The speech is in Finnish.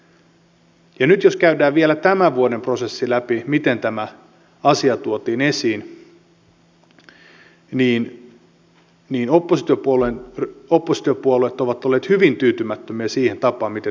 nyt jos käydään vielä tämän vuoden prosessi läpi miten tämä asia tuotiin esiin niin oppositiopuolueet ovat olleet hyvin tyytymättömiä siihen tapaan miten tämä on käsitelty